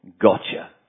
gotcha